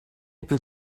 able